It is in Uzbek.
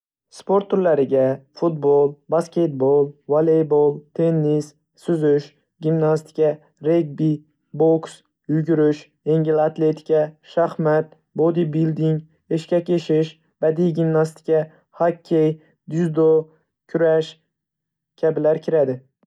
Sport turlariga: Futbol, basketbol, voleybol, tennis, suzish, gimnastika, regbi, boks, yugurish, yengil atletika, shaxmat, bodibilding, eshkak eshish, badiiy gimnastika, hokkey, dzyudo, kurash kabilar kiradi.